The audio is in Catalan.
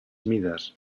mides